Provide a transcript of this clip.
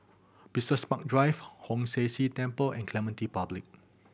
Business Park Drive Hong San See Temple and Clementi Public